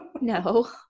no